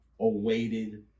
awaited